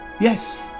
Yes